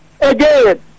again